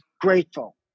grateful